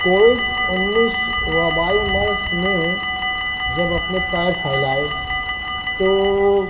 Covid انیس وبائی مرض نے جب اپنے پیر پھیلائے تو